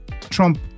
Trump